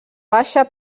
baixa